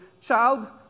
child